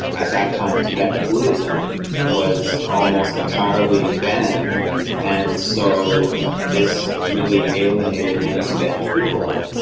at that time tibetan buddhism was almost entirely banned and so this really alienated many tibetan people.